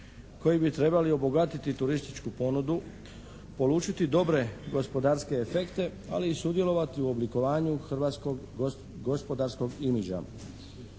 koji bi trebali obogatiti turističku ponudu, polučiti dobre gospodarske efekte ali i sudjelovat u oblikovanju hrvatskog gospodarskog imidža.